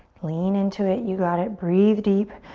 lean into it. you got it. breathe deep.